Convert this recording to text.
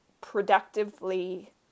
productively